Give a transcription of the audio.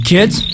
Kids